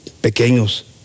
pequeños